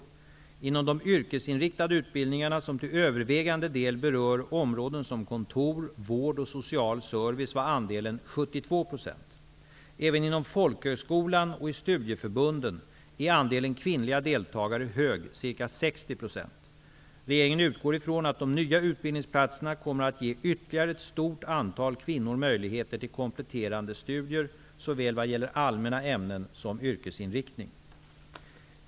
Inom de yrkesinriktade utbildningarna som till övervägande del berör områden som kontor, vård och social service var andelen 72 %. Även inom folkhögskolan och i studieförbunden är andelen kvinnliga deltagare stor, ca 60 %. Regeringen utgår från att de nya utbildningsplatserna kommer att ge ytterligare ett stort antal kvinnor möjligheter till kompletterande studier vad gäller såväl allmänna ämnen som yrkesinriktning.